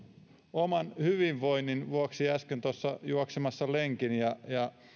oman hyvinvointini vuoksi äsken tuossa juoksemassa lenkin ja ja